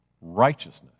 righteousness